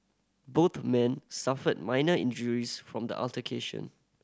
both men suffered minor injuries from the altercation